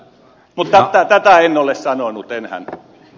mutta tätä en ole sanonut enhän